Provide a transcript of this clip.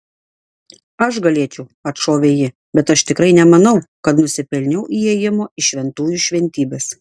aš galėčiau atšovė ji bet aš tikrai nemanau kad nusipelniau įėjimo į šventųjų šventybes